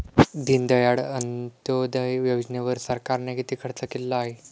दीनदयाळ अंत्योदय योजनेवर सरकारने किती खर्च केलेला आहे?